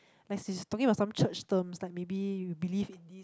like she's talking about some church terms like maybe you believe in this or